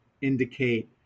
indicate